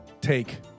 take